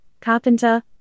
carpenter